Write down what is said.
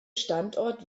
standort